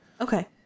Okay